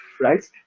Right